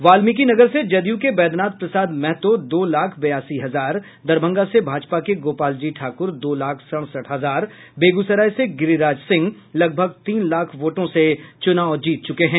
वाल्मिकीनगर से जदयू के वैधनाथ प्रसाद महतो दो लाख बयासी हजार दरभंगा से भाजपा के गोपालजी ठाकुर दो लाख सड़सठ हजार बेगूसराय से गिरिराज सिंह लगभग तीन लाख वोटों से चूनाव जीत चूके हैं